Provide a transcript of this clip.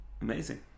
Amazing